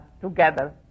together